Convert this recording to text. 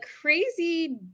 crazy